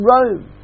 Rome